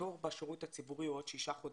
התור בשירות הציבורי הוא עוד 6 חודשים,